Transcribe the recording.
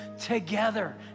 together